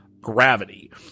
gravity